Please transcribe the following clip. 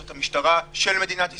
זאת המשטרה של מדינת ישראל,